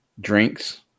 drinks